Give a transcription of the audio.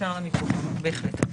אפשר למיקרופון, בהחלט.